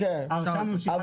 ההרשאה ממשיכה להיות בתוקף.